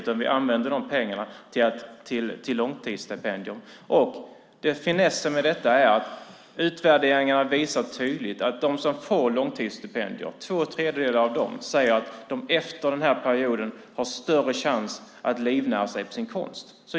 Vi använder i stället de pengarna till långtidsstipendier. Finessen med detta är att utvärderingarna tydligt visar att två tredjedelar av dem som får långtidsstipendier säger att de efter denna period har större chans att livnära sig på sin konst.